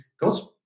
God's